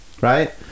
Right